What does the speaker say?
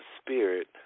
spirit